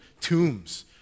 tombs